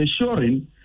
ensuring